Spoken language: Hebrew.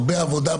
הרבה עבודה.